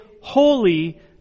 holy